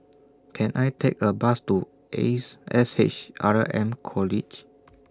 Can I Take A Bus to Ace S H R M College